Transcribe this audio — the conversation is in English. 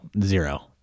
zero